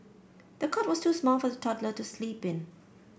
the cot was too small for the toddler to sleep in